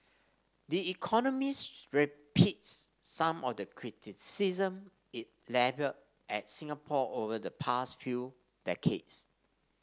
the Economist repeats some of the criticism it levelled at Singapore over the past few decades